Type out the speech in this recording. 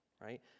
right